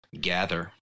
gather